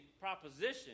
proposition